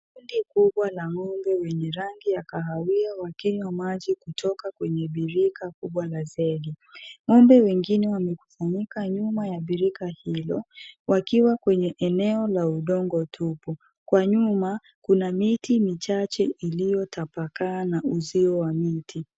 Kundi kubwa la ng'ombe wenye rangi ya kahawia wakinywa maji kutoka kwenye birika kubwa la zege . Ng'ombe wengine wamekusanyika nyuma ya birika hilo wakiwa kwenye eneo la udongo tupu. Kwa nyuma kuna miti michache iliyotapakaa na uzio wa miti.